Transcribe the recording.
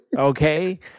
Okay